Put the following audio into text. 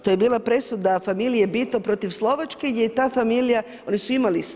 To je bila presuda familije Bito protiv Slovačke, gdje je ta familija, oni su imali.